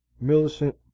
millicent